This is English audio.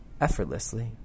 effortlessly